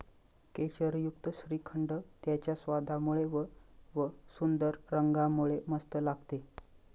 केशरयुक्त श्रीखंड त्याच्या स्वादामुळे व व सुंदर रंगामुळे मस्त लागते